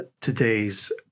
today's